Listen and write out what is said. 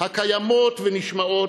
הקיימות ונשמעות,